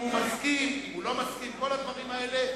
אם הוא לא מסכים לכל הדברים האלה.